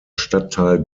stadtteil